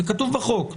זה כתוב בחוק.